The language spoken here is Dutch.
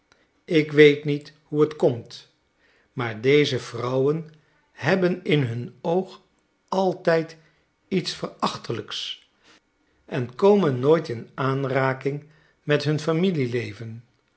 ik weet niet hoe het komt maar deze vrouwen hebben in hun oog altijd iets verachtelijks en komen nooit in aanraking met hun familieleven